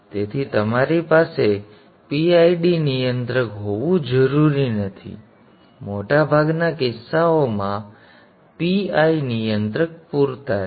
તેથી તમારી પાસે PID નિયંત્રક હોવું જરૂરી નથી મોટાભાગના કિસ્સાઓ PI નિયંત્રક પૂરતા છે